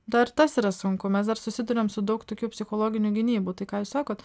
dar ir tas yra sunku mes dar susiduriam su daug tokių psichologinių gynybų tai ką jūs sakot